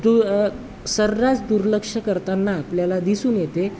दु सर्रास दुर्लक्ष करताना आपल्याला दिसून येते